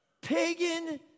pagan